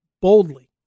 boldly